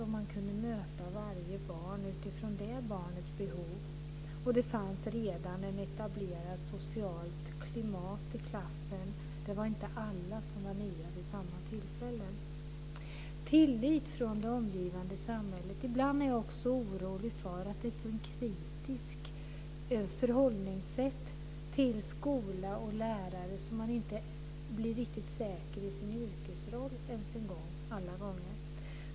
Man kunde möta varje barn utifrån det barnets behov. Det fanns redan ett etablerat socialt klimat i klassen. Det var inte alla som var nya vid samma tillfälle. Tillit från det omgivande samhället är en annan faktor. Ibland är jag också orolig för att ett kritiskt förhållningssätt till skola och lärare gör att man inte alla gånger blir riktigt säker i sin yrkesroll ens en gång.